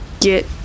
Get